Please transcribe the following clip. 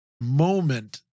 moment